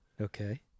Okay